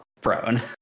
prone